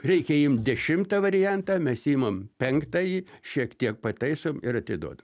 reikia imt dešimtą variantą mes imam penktąjį šiek tiek pataisom ir atiduodam